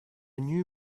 new